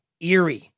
eerie